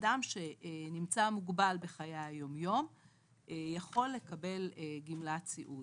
אדם שנמצא מוגבל בחיי היומיום יכול לקבל גמלת סיעוד,